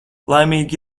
laimīgu